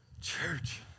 Church